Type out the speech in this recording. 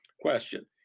question